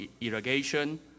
irrigation